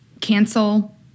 cancel